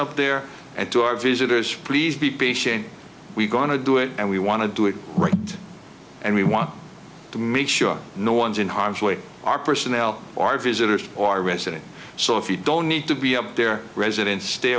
up there and to our visitors please be patient we're going to do it and we want to do it right and we want to make sure no one's in harm's way our personnel or our visitors or residents so if you don't need to be up there residents stay